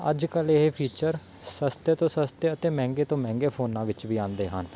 ਅੱਜ ਕੱਲ੍ਹ ਇਹ ਫੀਚਰ ਸਸਤੇ ਤੋਂ ਸਸਤੇ ਅਤੇ ਮਹਿੰਗੇ ਤੋਂ ਮਹਿੰਗੇ ਫੋਨਾਂ ਵਿੱਚ ਵੀ ਆਉਂਦੇ ਹਨ